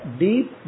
deep